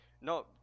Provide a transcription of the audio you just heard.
no